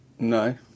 No